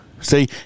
See